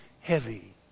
heavy